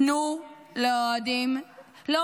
תנו לאוהדים --- את עבריינית.